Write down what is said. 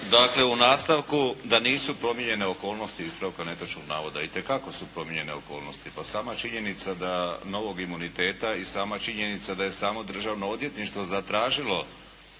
Dakle u nastavku da nisu promijenjene okolnosti ispravka netočnog navoda. Itekako su promijenjene okolnosti. Pa sama činjenica da novog imuniteta i sama činjenica da je samo Državno odvjetništvo zatražilo